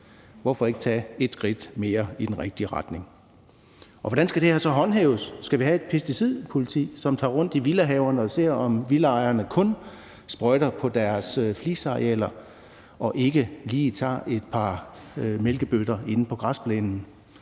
Hvorfor ikke tage et skridt mere i den rigtige retning? Og hvordan skal det her så håndhæves? Skal vi have et pesticidpoliti, som tager rundt i villahaverne og ser, om villaejerne kun sprøjter på deres flisearealer og ikke lige tager et par mælkebøtter inde på græsplænen?